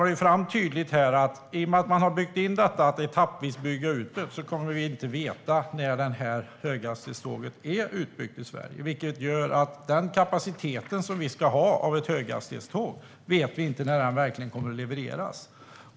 Det framkommer tydligt att i och med att man har byggt in den etappvisa utbyggnaden kommer vi inte att veta när höghastighetståget är utbyggt i Sverige. Det gör att vi inte vet när den kapacitet som vi ska ha av ett höghastighetståg kommer att levereras.